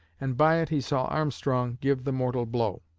and by it he saw armstrong give the mortal blow.